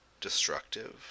destructive